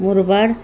Murbad